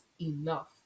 enough